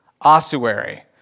ossuary